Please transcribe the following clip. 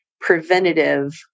preventative